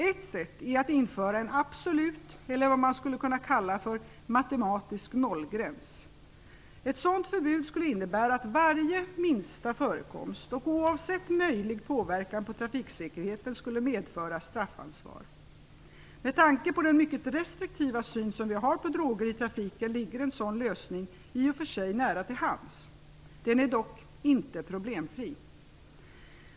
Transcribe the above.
Ett sätt är att införa en absolut eller vad man skulle kunna kalla för matematisk nollgräns. Ett sådant förbud skulle innebära att varje minsta förekomst, och oavsett möjlig påverkan på trafiksäkerheten, skulle medföra straffansvar. Med tanke på den mycket restriktiva syn vi har på droger i trafiken ligger en sådan lösning i och för sig nära till hands. Den är dock inte problemfri.